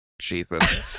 jesus